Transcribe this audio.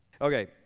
Okay